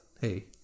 hey